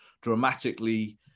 dramatically